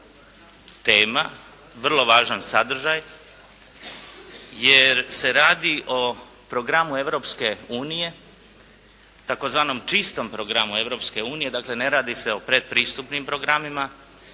tema, vrlo važan sadržaj jer se radi o programu Europske unije, tzv. čistom programu Europske unije. Dakle, ne radi se o predpristupnim programima